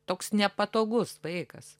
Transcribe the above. toks nepatogus vaikas